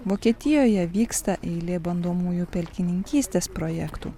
vokietijoje vyksta eilė bandomųjų pelkininkystės projektų